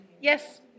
Yes